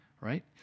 right